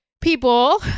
people